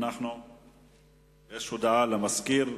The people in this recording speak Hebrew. יש הודעה למזכיר.